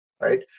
right